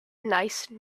nice